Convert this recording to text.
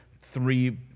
three